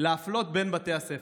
להפלות בין בתי הספר.